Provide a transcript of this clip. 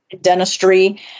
Dentistry